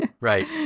Right